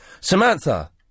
Samantha